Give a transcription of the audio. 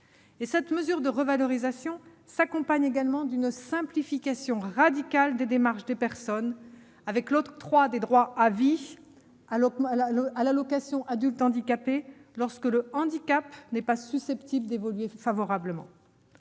Cette mesure de revalorisation s'accompagne d'une simplification radicale des démarches des personnes avec l'octroi de droits à vie sur l'allocation aux adultes handicapés, lorsque le handicap n'est pas susceptible d'évoluer favorablement.